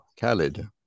Khaled